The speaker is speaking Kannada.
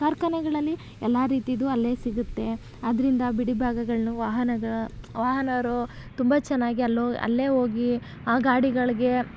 ಕಾರ್ಖಾನೆಗಳಲ್ಲಿ ಎಲ್ಲ ರೀತಿದೂ ಅಲ್ಲೇ ಸಿಗುತ್ತೆ ಆದ್ದರಿಂದ ಬಿಡಿ ಭಾಗಗಳನ್ನು ವಾಹನದ ವಾಹನ ತುಂಬ ಚೆನ್ನಾಗಿ ಅಲ್ಲೋಗಿ ಅಲ್ಲೇ ಹೋಗಿ ಆ ಗಾಡಿಗಳಿಗೆ